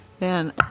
Man